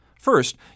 First